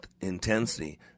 intensity